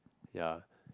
ya